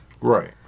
Right